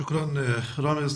שוקראן, ראמז.